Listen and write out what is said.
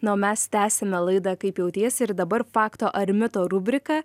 na o mes tęsiame laidą kaip jautiesi ir dabar fakto ar mito rubrika